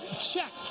check